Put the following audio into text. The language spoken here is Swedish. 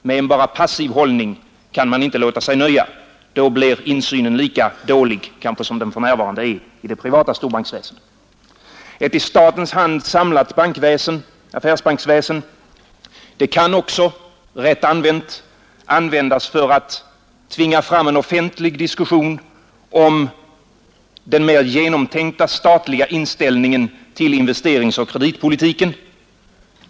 Med en bara passiv hållning kan man inte låta sig nöja — då blir insynen kanske lika dålig som den för närvarande är i det privata storbanksväsendet. Ett i statens hand samlat affärsbanksväsende kan också, rätt använt, tvinga fram en offentlig diskussion om en mer genomtänkt statlig inställning till investeringsoch kreditpolitiken.